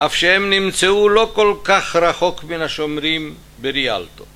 אף שהם נמצאו לא כל כך רחוק מן השומרים בריאלטו.